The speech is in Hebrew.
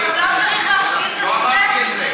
לא אמרתי את זה.